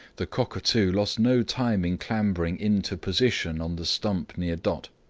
the cockatoo lost no time in clambering into position on the stump near dot.